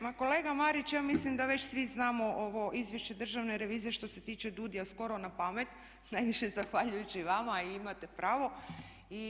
Ma kolega Marić ja mislim da već svi znamo ovo izvješće Državne revizije što se tiče DUDI-a skoro na pamet najviše zahvaljujući vama, a imate i pravo.